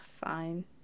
fine